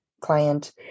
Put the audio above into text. client